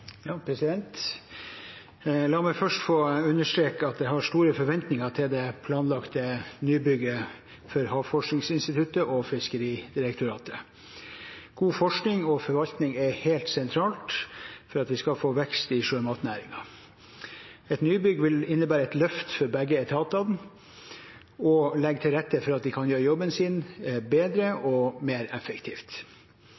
La meg først få understreke at jeg har store forventninger til det planlagte nybygget for Havforskningsinstituttet og Fiskeridirektoratet. God forskning og forvaltning er helt sentralt for at vi skal få vekst i sjømatnæringen. Et nybygg vil innebære et løft for begge etatene og legge til rette for at de kan gjøre jobben sin bedre